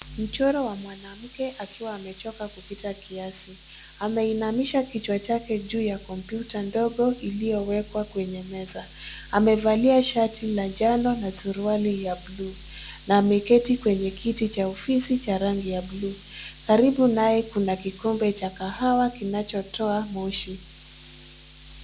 Mchoro wa mwanamke akiwa amechoka kupita kiasi. Ameinamisha kichwa chake juu ya kompyuta ndogo iliyowekwa kwenye meza. Amevalia shati ya njano na suruali ya buluu, na ameketi kwenye kiti cha ofisi cha rangi ya buluu. Karibu naye kuna kikombe cha kahawa kinachotoa moshi.